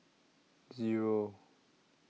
Zero